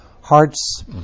hearts